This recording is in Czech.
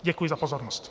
Děkuji za pozornost.